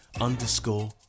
underscore